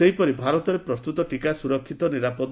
ସେହିପରି ଭାରତରେ ପ୍ରସ୍ତୁତ ଟିକା ସୁରକ୍ଷିତ ଓ ନିରାପଦ